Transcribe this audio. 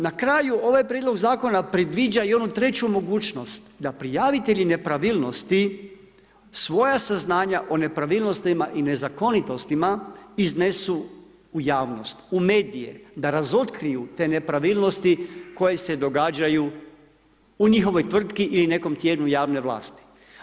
Na kraju, ovaj prijedlog zakona predviđa i onu treću mogućnost da prijavitelji nepravilnosti svoja saznanja o nepravilnostima i nezakonitostima iznesu u javnost, u medije, da razotkriju te nepravilnosti koje se događaju u njihovoj tvrtki ili nekom tijelu javne vlasti.